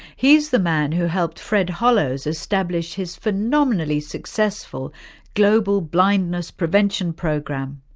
he's the man who helped fred hollows establish his phenomenally successful global blindness prevention program.